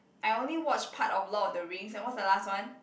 I only watched part of Lord-of-the-Rings and what's the last one